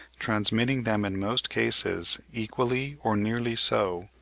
transmitting them in most cases, equally or nearly so,